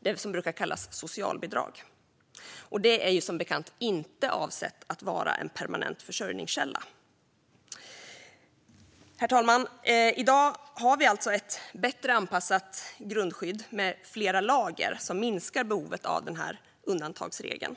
det som brukar kallas socialbidrag, och det är som bekant inte avsett att vara en permanent försörjningskälla. Herr talman! I dag har vi alltså ett bättre anpassat grundskydd med flera lager som minskar behovet av undantagsregeln.